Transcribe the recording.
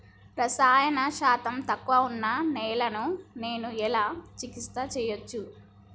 రసాయన శాతం తక్కువ ఉన్న నేలను నేను ఎలా చికిత్స చేయచ్చు?